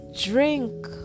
drink